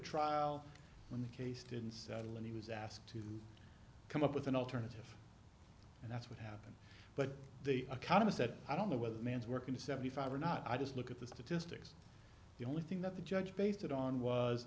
trial when the case didn't settle and he was asked to come up with an alternative and that's what happened but the economists said i don't know whether the man's work in seventy five or not i just look at the statistics the only thing that the judge based it on was